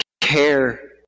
care